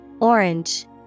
Orange